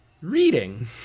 reading